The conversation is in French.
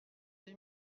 deux